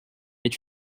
est